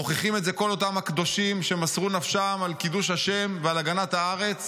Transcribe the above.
מוכיחים את זה כל אותם הקדושים שמסרו נפשם על קידוש השם ועל הגנת הארץ